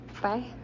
Bye